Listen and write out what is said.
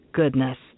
goodness